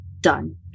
done